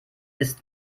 ist